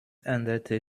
änderte